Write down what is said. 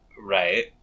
Right